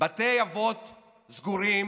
בתי אבות סגורים,